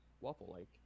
waffle-like